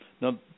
Now